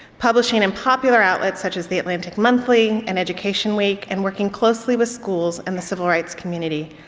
publishing in popular outlets such as the atlantic monthly and education week and working closely with schools and the civil rights community.